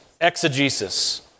exegesis